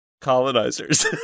colonizers